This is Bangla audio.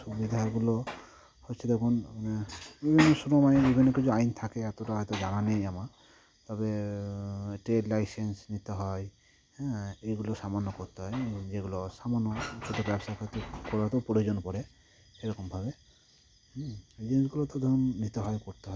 সুবিধাগুলো হচ্ছে দেখুন বিভিন্ন সময়ে বিভিন্ন কিছু আইন থাকে এতটা হয়তো জানা নেই আমার তবে ট্রেড লাইসেন্স নিতে হয় হ্যাঁ এগুলো সামান্য করতে হয় হ্যাঁ যেগুলো সামান্য ছোট ব্যবসার ক্ষেত্রে করাতেও প্রয়োজন পড়ে সেরকমভাবে এই জিনিসগুলো তো ধরুন নিতে হয় করতে হয়